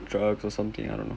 drugs or something I don't know